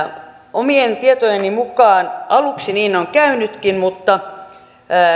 omien tietojeni mukaan aluksi niin on käynytkin mutta